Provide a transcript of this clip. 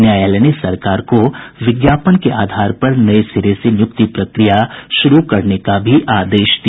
न्यायालय ने सरकार को विज्ञापन के आधार पर नये सिरे से नियुक्ति प्रक्रिया शुरू करने का भी आदेश दिया